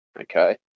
okay